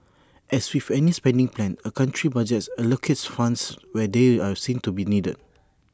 as with any spending plan A country's budget allocates funds where they are seen to be needed